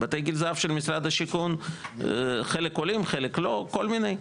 בתי גיל זהב של משרד השיכון חלק עולים חלק לא כל מיני,